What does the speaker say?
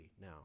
now